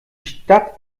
stadt